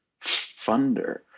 funder